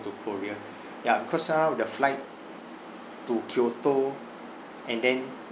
to korea ya because some of the flight to kyoto and then